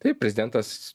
taip prezdentas